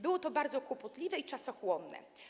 Było to bardzo kłopotliwe i czasochłonne.